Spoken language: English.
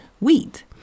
wheat